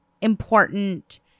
important